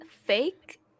fake